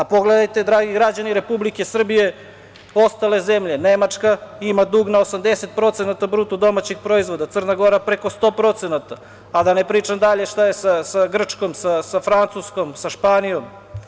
Pogledajte dragi građani Republike Srbije, ostale zemlje Nemačka ima dug na 80% BDP, Crna Gora preko 100%, a da ne pričam dalje šta je sa Grčkom, sa Francuskom, sa Španijom.